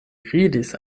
ridis